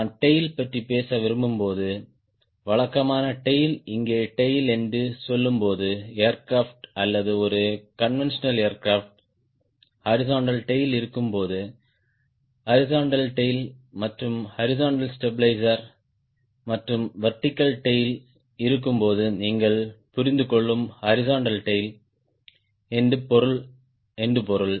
நான் டேய்ல் பற்றி பேச விரும்பும்போது வழக்கமான டேய்ல் இங்கே டேய்ல் என்று சொல்லும்போது ஏர்கிராப்ட் அல்லது ஒரு கான்வென்டியோனல் ஏர்கிராப்ட் ஹாரிஸ்ன்ட்டல் டேய்ல் இருக்கும் போது ஹாரிஸ்ன்ட்டல் டேய்ல் மற்றும் ஹாரிஸ்ன்ட்டல் ஸ்டாபிளிஸ்ர் மற்றும் வெர்டிகல் டேய்ல் இருக்கும் போது நீங்கள் புரிந்துகொள்ளும் ஹாரிஸ்ன்ட்டல் டேய்ல் என்று பொருள்